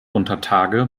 untertage